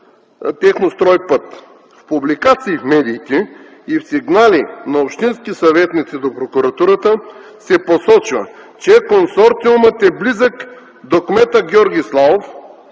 Технопътстрой”. В публикации в медиите и в сигнали на общински съветници до прокуратурата се посочва, че консорциумът е близък до кмета Георги Славов,